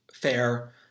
fair